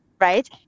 Right